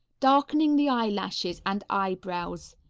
darkening the eyelashes and eyebrows.